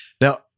Now